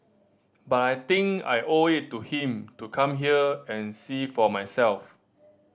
but I think I owe it to him to come here and see for myself